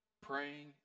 praying